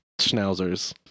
schnauzers